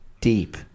deep